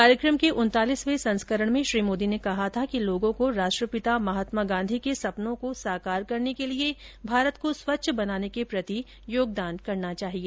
कार्यक्रम के उनतालीसवें संस्करण में श्री मोदी ने कहा था कि लोगों को राष्ट्रपिता महात्मा गांधी के सपनों को साकार करने के लिए भारत को स्वच्छ बनाने के प्रति योगदान करना चाहिए